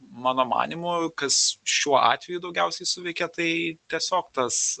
mano manymu kas šiuo atveju daugiausiai suveikia tai tiesiog tas